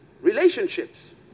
relationships